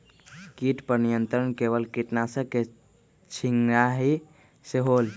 किट पर नियंत्रण केवल किटनाशक के छिंगहाई से होल?